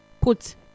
put